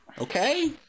Okay